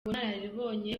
ubunararibonye